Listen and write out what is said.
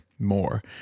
more